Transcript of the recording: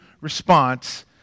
response